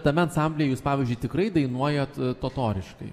tame ansamblyje jūs pavyzdžiui tikrai dainuojat totoriškai